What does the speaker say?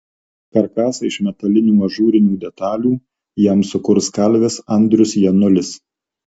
karkasą iš metalinių ažūrinių detalių jam sukurs kalvis andrius janulis